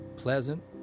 Pleasant